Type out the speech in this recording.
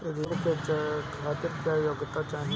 ऋण के खातिर क्या योग्यता चाहीं?